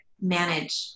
manage